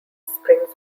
springs